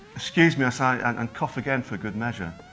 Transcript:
excuse me i say and cough again for good measure.